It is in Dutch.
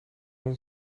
een